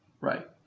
Right